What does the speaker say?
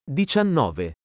diciannove